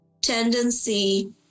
tendency